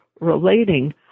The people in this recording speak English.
relating